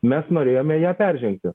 mes norėjome ją peržengti